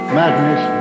madness